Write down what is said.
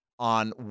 On